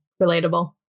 Relatable